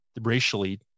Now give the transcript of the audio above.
racially